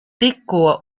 tikko